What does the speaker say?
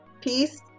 peace